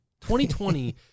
2020